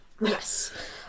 Yes